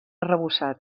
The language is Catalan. arrebossat